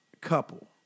couple